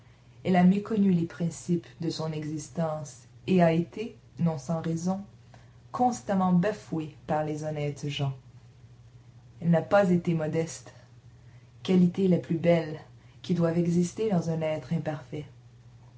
elle a méconnu les principes de son existence et a été non sans raison constamment bafouée par les honnêtes gens elle n'a pas été modeste qualité la plus belle qui doive exister dans un être imparfait